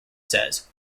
says